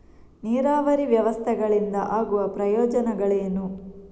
ನೀರಾವರಿ ವ್ಯವಸ್ಥೆಗಳಿಂದ ಆಗುವ ಪ್ರಯೋಜನಗಳೇನು?